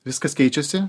viskas keičiasi